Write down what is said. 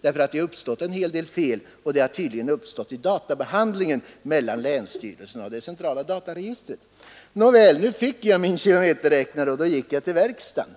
Det har uppstått en del fel, tydligen vid databehandlingen på vägen mellan länsstyrelsen och det centrala dataregistret. Nåväl, jag fick min kilometerräknare i måndags och gick till verkstaden